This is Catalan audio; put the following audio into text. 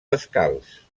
descalç